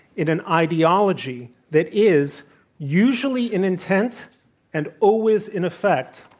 in an ideology that is usually an intense and always, in effect,